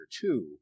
two